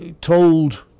told